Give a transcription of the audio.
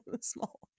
small